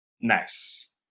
Nice